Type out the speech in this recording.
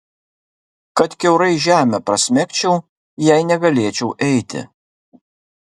kad kiaurai žemę prasmegčiau jei negalėčiau eiti